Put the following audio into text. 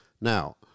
Now